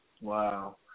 Wow